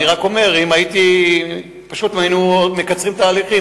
אני רק אומר: פשוט, היינו מקצרים תהליכים.